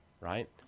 right